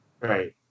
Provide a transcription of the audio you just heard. Right